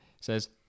says